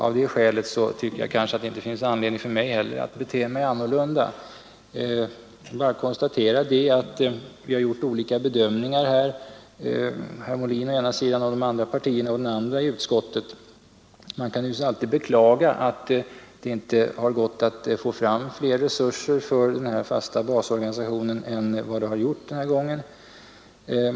Av det skälet tycker jag inte det finns anledning för mig att bete mig annorlunda; jag bara konstaterar att vi har gjort olika bedömningar — herr Molin å ena sidan och de övriga inom utskottet å andra sidan. Man kan naturligtvis alltid beklaga att det inte gått att få fram fler resurser för den fasta basorganisationen än vad det har gjort den här gången.